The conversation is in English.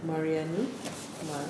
mariani mar